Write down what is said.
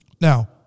Now